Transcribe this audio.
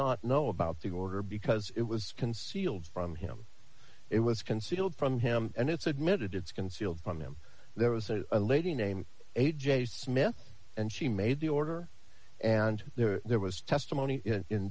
not know about the order because it was concealed from him it was concealed from him and it's admitted it's concealed from him there was a lady named a j smith and she made the order and there was testimony in